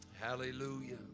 hallelujah